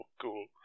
cool